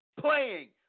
playing